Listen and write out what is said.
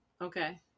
Okay